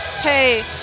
hey